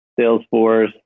Salesforce